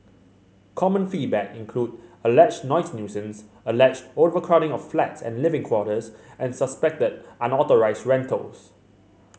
common feedback included alleged noise nuisance alleged overcrowding of flats and living quarters and suspected unauthorised rentals